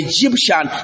Egyptian